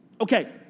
okay